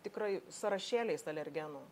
tikrai sąrašėliais alergenų